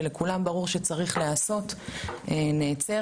שלכולם ברור שצריך להיעשות נעצרת,